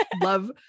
love